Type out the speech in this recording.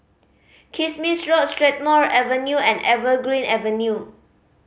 Kismis Road Strathmore Avenue and Evergreen Avenue